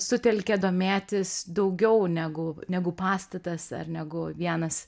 sutelkė domėtis daugiau negu negu pastatas ar negu vienas